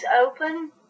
open